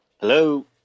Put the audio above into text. Hello